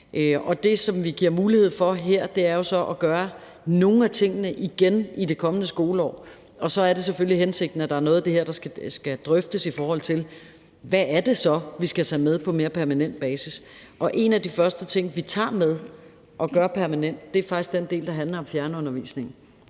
på. Det, som vi giver mulighed for her, er at gøre nogle af tingene igen i det kommende skoleår, og så er det selvfølgelig hensigten, at der er noget af det her, der skal drøftes, i forhold til hvad det så er, vi skal tage med på mere permanent basis. En af de første ting, vi tager med og gør permanent, er faktisk den del, der handler om fjernundervisningen.